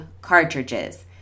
cartridges